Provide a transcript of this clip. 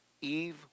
Eve